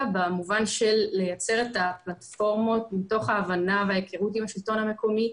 במובן של לייצר את הפלטפורמות מתוך ההבנה וההיכרות עם השלטון המקומי,